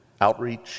outreach